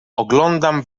oglądam